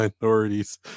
minorities